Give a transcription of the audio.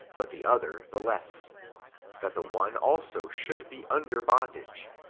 but the other the less that the one also should be under bondage,